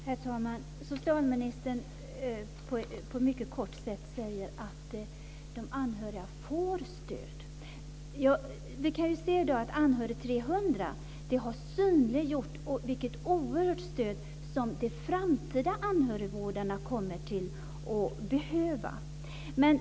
Herr talman! Socialministern svarar mycket kort att de anhöriga får stöd. Vi kan se att Anhörig 300 har synliggjort vilket oerhört stöd som de framtida anhörigvårdarna kommer att behöva.